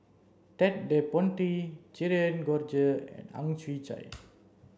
Ted De Ponti Cherian George and Ang Chwee Chai